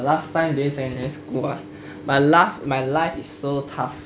last time during secondary school ah my life is so tough